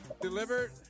delivered